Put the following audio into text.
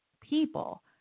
people